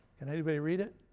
can anybody read it?